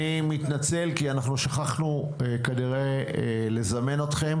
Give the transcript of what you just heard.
אני מתנצל, כי אנחנו שכחנו כנראה לזמן אותך.